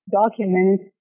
documents